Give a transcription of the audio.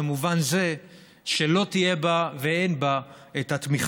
במובן זה שלא תהיה בה ואין בה התמיכה